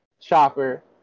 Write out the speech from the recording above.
Chopper